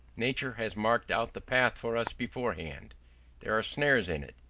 nature has marked out the path for us beforehand there are snares in it,